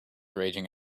raging